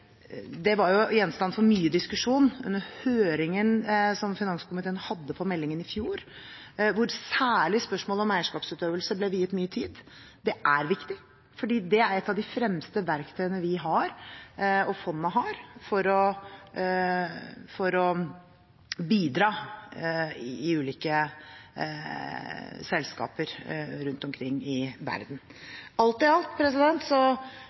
Det var gjenstand for mye diskusjon under høringen som finanskomiteen hadde om meldingen i fjor, hvor særlig spørsmål om eierskapsutøvelse ble viet mye tid. Det er viktig, for det er et av de fremste verktøyene vi har, og fondet har, for å bidra i ulike selskaper rundt omkring i verden. Alt i alt